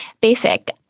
basic